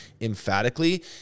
emphatically